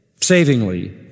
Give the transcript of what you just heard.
savingly